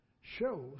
shows